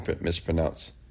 mispronounce